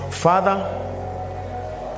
Father